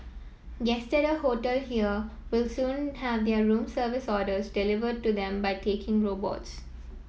guests at a hotel here will soon have their room service orders delivered to them by talking robots